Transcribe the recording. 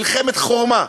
מלחמת חורמה,